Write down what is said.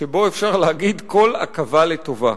שבו אפשר להגיד: כל עכבה לטובה.